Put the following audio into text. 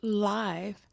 live